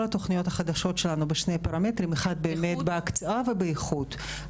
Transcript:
התוכניות החדשות שלנו בשני פרמטרים: בהקצאה ובאיכות.